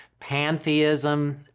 Pantheism